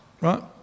right